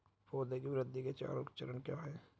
पौधे की वृद्धि के चार चरण क्या हैं?